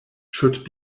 should